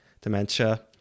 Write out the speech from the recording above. dementia